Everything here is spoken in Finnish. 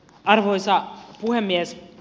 arvoisa puhemies